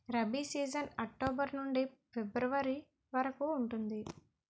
rabi season October నుండి February వరకు ఉంటుంది